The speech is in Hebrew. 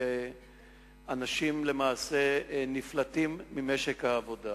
אנשים למעשה נפלטים משוק העבודה.